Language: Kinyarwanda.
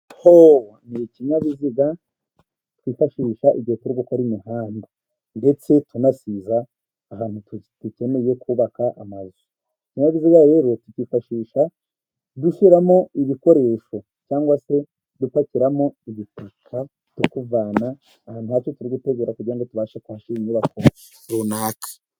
Hoho ni ikinyabiziga twifashisha igihe turi gukora imihanda, ndetse tunasiza ahantu dukeneye kubaka amazu. Iki kinyabiziga rero tukifashisha dushyiramo ibikoresho, cyangwa se dupakiramo ibitaka turi kuvana ahantu hacu turi gutegura, kugira ngo tubashe kuhashyira inyubako runaka.